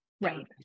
right